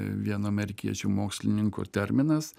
vieno amerikiečių mokslininko terminas